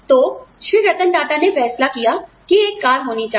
तो श्री रतन टाटा ने फैसला किया कि एक कार होनी चाहिए